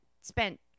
spent